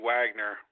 Wagner